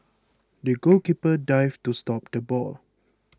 the goalkeeper dived to stop the ball